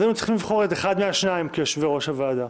היינו צריכים לבחור את אחד מהשניים כיושבי ראש הוועדה.